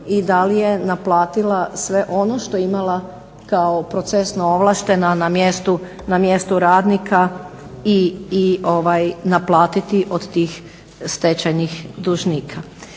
i da li je naplatila sve ono što je imala kao procesno ovlaštena na mjestu radnika i naplatiti od tih stečajnih dužnika.